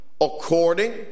according